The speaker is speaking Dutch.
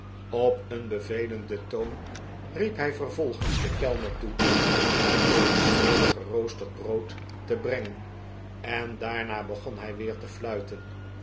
op een bevelenden toon riep hij vervolgens den kellner toe hem nog een snede geroosterd brood te brengen en daarna begon hij weer te fluiten